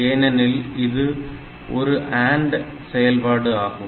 ஏனெனில் இது ஆண்ட் செயல்பாடு ஆகும்